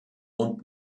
und